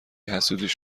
حسودیش